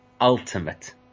ultimate